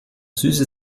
süße